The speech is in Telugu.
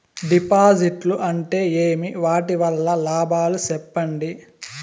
డిపాజిట్లు అంటే ఏమి? వాటి వల్ల లాభాలు సెప్పండి?